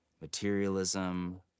materialism